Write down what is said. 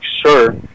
sure